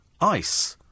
ice